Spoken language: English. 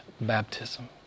baptism